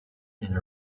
and